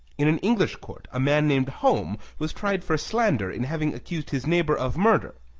in an english court a man named home was tried for slander in having accused his neighbor of murder.